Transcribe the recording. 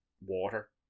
water